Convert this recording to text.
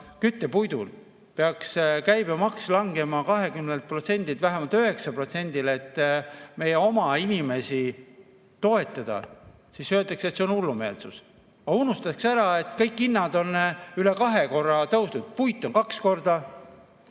küttepuidul peaks käibemaks langema 20%-lt vähemalt 9%-le, et meie oma inimesi toetada, siis öeldakse, et see on hullumeelsus. Aga unustatakse ära, et kõik hinnad on üle kahe korra tõusnud. Puit on [kallinenud]